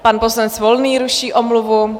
Pan poslanec Volný ruší omluvu.